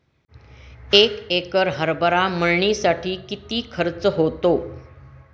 एक एकर हरभरा मळणीसाठी किती खर्च होतो?